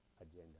agenda